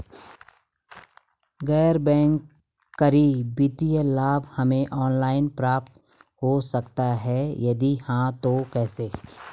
गैर बैंक करी वित्तीय लाभ हमें ऑनलाइन प्राप्त हो सकता है यदि हाँ तो कैसे?